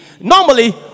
normally